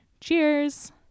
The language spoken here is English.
Cheers